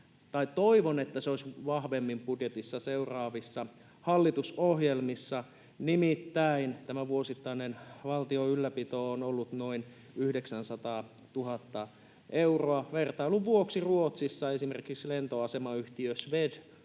Toivon, että se olisi vahvemmin budjetissa seuraavissa hallitusohjelmissa — nimittäin tämä vuosittainen valtion ylläpito on ollut noin 900 000 euroa. Vertailun vuoksi Ruotsissa esimerkiksi lentoasemayhtiö Swedavia